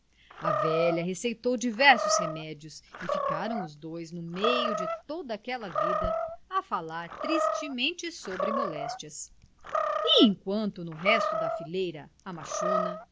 a velha receitou diversos remédios e ficaram os dois no meio de toda aquela vida a falar tristemente sobre moléstias e enquanto no resto da fileira a machona